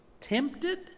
tempted